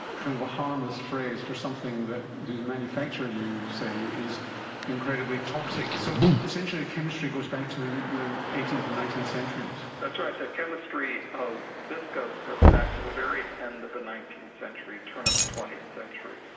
and kind of a harmless phrase for something whose manufacture, you say, is incredibly toxic. so essentially the chemistry goes back to the the eighteenth and nineteenth centuries. that's right, the chemistry of viscose goes goes back to the very end of the nineteenth century, turn of the twentieth century.